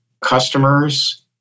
customers